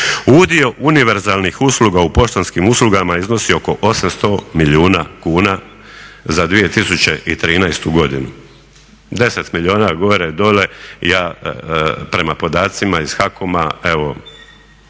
Udio univerzalnih usluga u poštanskim uslugama iznosi oko 800 milijuna kuna za 2013. godinu. 10 milijuna gore, dolje ja prema podacima iz HAKOM-a evo